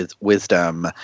wisdom